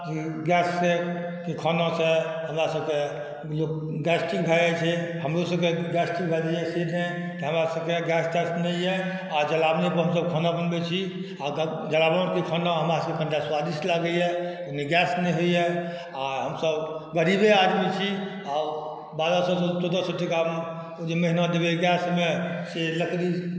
गैससँ खानासँ हमरासबके गैस्ट्रिक भऽ जाइ छै हमरोसबके गैस्ट्रिक भऽ जाइ से नहि हमरासबके गैस तैस नहि अइ आओर जलावनेपर हमसब खाना बनबै छी आओर जलावन परके खाना हमरासबके कनिटा स्वादिष्ट लागैए ओहिमे गैस नहि होइए आओर हमसब गरीबे आदमी छी आओर बारह सओ चौदह सओ टाकामे ओ जे महिना देबै गैसमे से लकड़ी